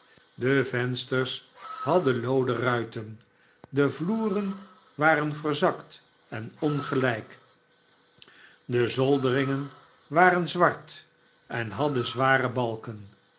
de vensters hadden looden ruiten de vloeren waren verzakt en ongehjk de zolderingen waren zwart en hadden zware balken